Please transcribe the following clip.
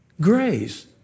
grace